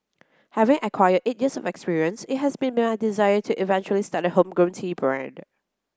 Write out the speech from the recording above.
having acquired eight years of experience it has been my desire to eventually start a homegrown tea brand